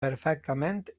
perfectament